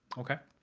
okay,